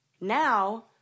Now